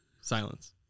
Silence